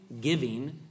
giving